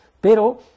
Pero